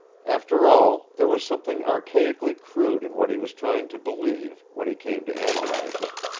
after all, there was something archaically crude in what he was trying to believe, when he came to analyze it.